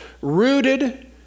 rooted